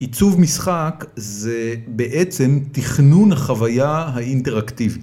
עיצוב משחק זה בעצם תכנון החוויה האינטראקטיבית.